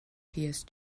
pierce